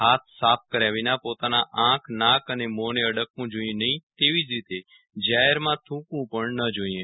હાથ સાફ કર્યા વીના પોતાના આંખ નાક અને મોને અડકવું જોઈએ નહીં તે જ રીતે જાહેરમાં થૂકંવું પણ ન જોઈએ